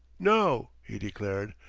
no, he declared,